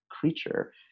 creature